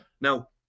Now